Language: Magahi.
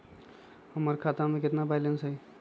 हमर खाता में केतना बैलेंस हई?